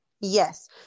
yes